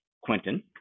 Quentin